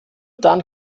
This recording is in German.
dann